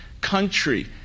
country